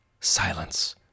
Silence